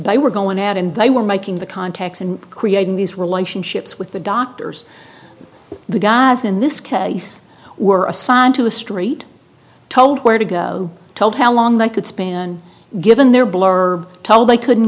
by were going out and they were making the contacts and creating these relationships with the doctors the guys in this case were assigned into a street told where to go told how long they could span given their blur told they couldn't